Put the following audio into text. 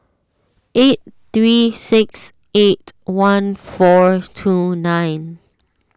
eight three six eight one four two nine